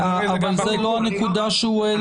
אבל זו לא הנקודה שהוא העלה.